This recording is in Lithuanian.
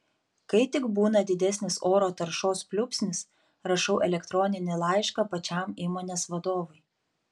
kai tik būna didesnis oro taršos pliūpsnis rašau elektroninį laišką pačiam įmonės vadovui